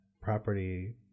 property